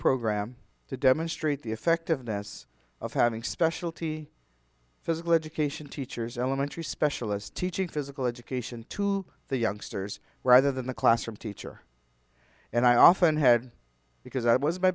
program to demonstrate the effectiveness of having specialty physical education teachers elementary specialist teaching physical education to the youngsters rather than the classroom teacher and i often had because i was